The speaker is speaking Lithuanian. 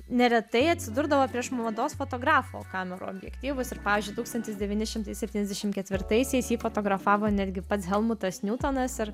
neretai atsidurdavo prieš mados fotografų kamerų objektyvus ir pavyzdžiui tūkstantis devyni šimtai septyniasdešimt ketvirtaisiais jį fotografavo netgi pats helmutas niutonas ir